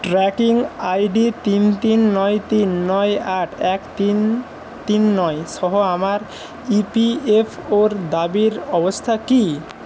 tracking I D তিন তিন নয় তিন নয় আট এক তিন তিন নয় সহ আমার ইপিএফওর দাবির অবস্থা কী